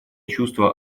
чувство